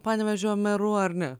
panevėžio meru ar ne